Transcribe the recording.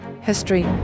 history